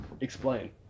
Explain